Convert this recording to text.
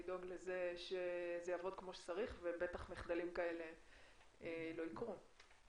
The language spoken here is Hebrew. לדאוג לכך שזה יעבוד כמו שצריך ובטח מחדלים כאלה לא יקרו.